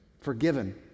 Forgiven